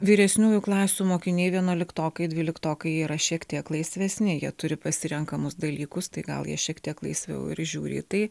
vyresniųjų klasių mokiniai vienuoliktokai dvyliktokai yra šiek tiek laisvesni jie turi pasirenkamus dalykus tai gal jie šiek tiek laisviau ir žiūri į tai